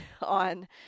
on